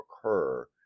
occur